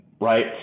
right